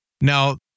Now